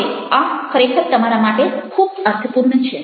હવે આ ખરેખર તમારા માટે ખૂબ અર્થપૂર્ણ છે